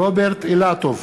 רוברט אילטוב,